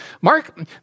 Mark